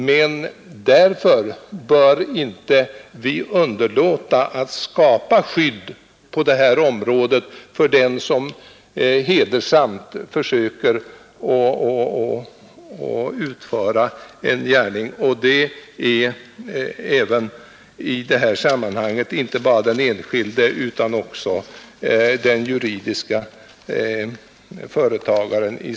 Men vi bör inte av den anledningen underlåta att skapa skydd på det här området för den som hedersamt försöker utföra en gärning. I det här sammanhanget gäller det inte bara den enskilde utan även den juridiske företagaren.